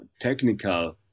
technical